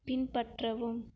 பின்பற்றவும்